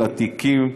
לתיקים.